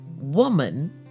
woman